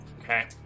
Okay